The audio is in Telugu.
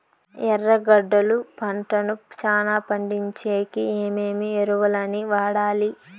ఎర్రగడ్డలు పంటను చానా పండించేకి ఏమేమి ఎరువులని వాడాలి?